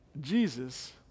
Jesus